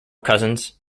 cousins